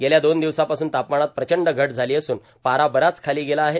गेल्या दोन दिवसांपासून तापमानात प्रचंड घट झाली असून पारा बराच खाली गेला आहे